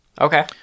Okay